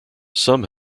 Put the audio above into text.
some